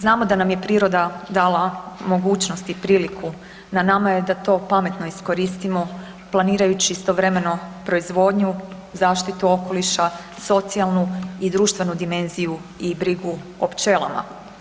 Znamo da nam je priroda dala mogućnost i priliku, na nama je da to pametno iskoristimo planirajući istovremeno proizvodnju, zaštitu okoliša, socijalnu i društvenu dimenziju i brigu o pčelama.